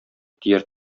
тияр